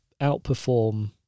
outperform